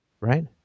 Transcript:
right